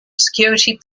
security